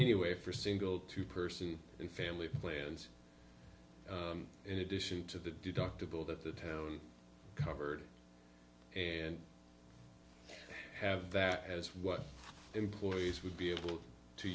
anyway for single two person and family plans in addition to the deductible that the town covered and have that as what employees would be able to